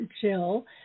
Jill